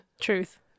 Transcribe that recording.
Truth